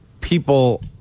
people